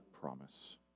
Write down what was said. promise